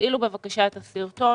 תפעילו בבקשה את הסרטון.